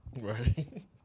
Right